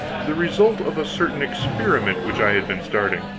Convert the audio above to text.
the result of a certain experiment which i had been starting.